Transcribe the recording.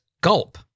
gulp